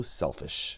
selfish